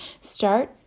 start